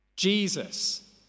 Jesus